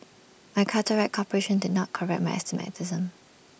my cataract operation did not correct my astigmatism